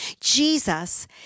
Jesus